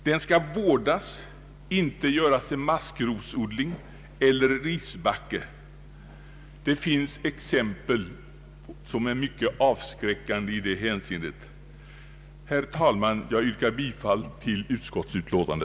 Den skall vårdas, inte göras till maskrosodling eller risbacke. Det finns exempel som är avskräckande. Herr talman! Jag yrkar bifall till utskottets utlåtande.